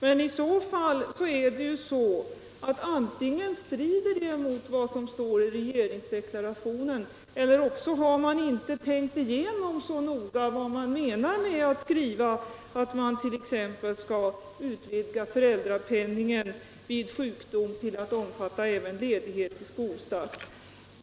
Men antingen strider det mot vad som står i regeringsdeklarationen, eller också har man inte så noga tänkt igenom vad man menar med att skriva att man t.ex. skall utvidga föräldrapenningen vid sjukdom till att omfatta även ledighet vid skolstart.